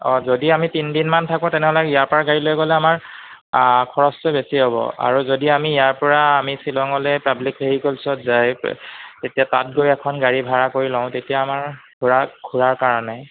অঁ যদি আমি তিনিদিনমান থাকোঁ তেনেহ'লে ইয়াৰ পৰা গাড়ী লৈ গ'লে আমাৰ খৰচটো বেছি হ'ব আৰু যদি আমি ইয়াৰ পৰা আমি শ্বিলঙলৈ পাব্লিক ভেহিকলছত যায় তেতিয়া তাত গৈ এখন গাড়ী ভাড়া কৰি লওঁ তেতিয়া আমাৰ ঘূৰা ঘূৰাৰ কাৰণে